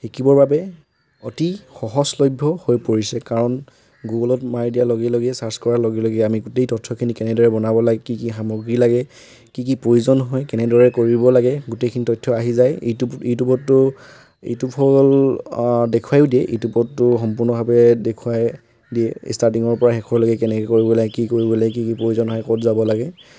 শিকিবৰ বাবে অতি সহজলভ্য হৈ পৰিছে কাৰণ গুগলত মাৰি দিয়াৰ লগে লগে ছাৰ্চ কৰাৰ লগে লগে আমি গোটেই তথ্যখিনি কেনেদৰে বনাব লাগে কি কি সামগ্ৰী লাগে কি কি প্ৰয়োজন হয় কেনেদৰে কৰিব লাগে গোটেইখিনি তথ্য আহি যায় ইউটিউব ইউটিউবততো ইউটিউব হ'ল দেখুৱায়ো দিয়ে ইউটিউবততো সম্পূৰ্ণভাৱে দেখুৱাই দিয়ে ষ্টাৰ্টিঙৰ পৰা শেষলৈকে কেনেকৈ কৰিব লাগে কি কৰিব লাগে কি কি প্ৰয়োজন হয় ক'ত যাব লাগে